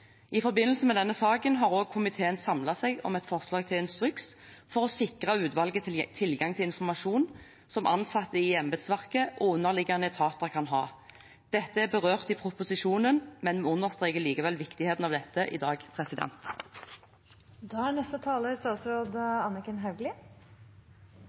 I forbindelse med denne saken har også komiteen samlet seg om et forslag til instruks for å sikre utvalget tilgang til informasjon som ansatte i embetsverket og underliggende etater kan ha. Dette er berørt i proposisjonen, men vi understreker likevel viktigheten av dette i dag. Jeg vil også innledningsvis takke komiteen for rask og effektiv saksbehandling i en sak som det er